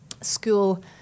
school